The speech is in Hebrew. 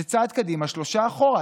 זה צעד קדימה, שלושה אחורה.